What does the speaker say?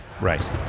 right